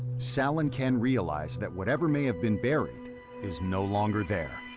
sal and ken realize that whatever may have been buried is no longer there.